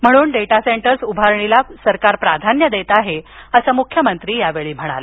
म्हणून data centres उभारणीला सरकार प्राधान्य देत आहे असं मुख्यमंत्री यावेळी म्हणाले